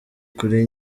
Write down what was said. kuri